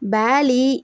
Bali